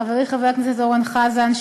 חברי חבר הכנסת אורן חזן,